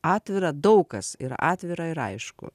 atvira daug kas yra atvira ir aišku